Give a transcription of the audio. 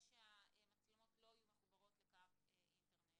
שהמצלמות לא תהיינה מחוברות לקו אינטרנט